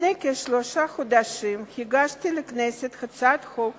לפני כשלושה חודשים הגשתי לכנסת את הצעת חוק